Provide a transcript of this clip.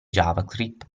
javascript